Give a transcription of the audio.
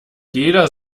jeder